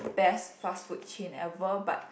best fast food chain ever but